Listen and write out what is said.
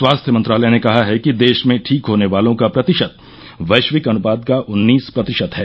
स्वास्थ्य मंत्रालय ने कहा है कि देश में ठीक होने वालों का प्रतिशत वैश्विक अनुपात का उन्नीस प्रतिशत है